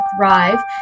thrive